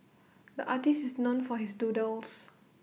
the artist is known for his doodles